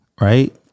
Right